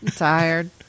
tired